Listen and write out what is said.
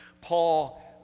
Paul